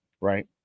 Right